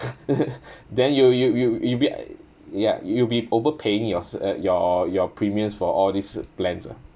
then you you you you be ya you'll be over paying your s~ your your premiums for all these plans ah